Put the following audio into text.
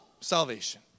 Salvation